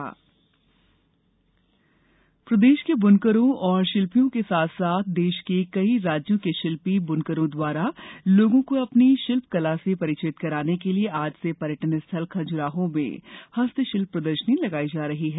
हस्तशिल्प प्रदर्शनी प्रदेश के बुनकरों और शिल्पियों के साथ साथ देश के कई राज्यों के शिल्पी बुनकरों द्वारा लोगों को अपनी शिल्पकला से परिचित कराने के लिए आज से पर्यटन स्थल खजुराहो में हस्तशिल्प प्रदर्शनी लगाई जा रही है